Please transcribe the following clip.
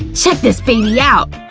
check this baby out!